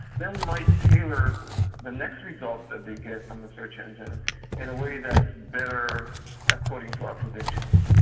then we might tailor the next result that they get on the search engine in a way that's better according to our predictions.